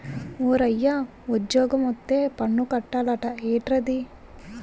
ఓరయ్యా ఉజ్జోగమొత్తే పన్ను కట్టాలట ఏట్రది